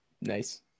nice